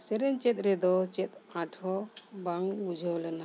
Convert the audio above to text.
ᱥᱮᱨᱮᱧ ᱪᱮᱫ ᱨᱮᱫᱚ ᱪᱮᱫ ᱟᱸᱴ ᱦᱚᱸ ᱵᱟᱝ ᱵᱩᱡᱷᱟᱹᱣ ᱞᱮᱱᱟ